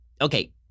Okay